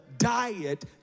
Diet